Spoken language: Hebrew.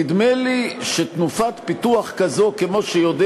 נדמה לי שתנופת פיתוח כזאת כמו שיודע